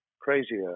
crazier